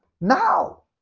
now